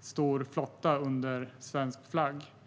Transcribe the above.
stor flotta under svensk flagg.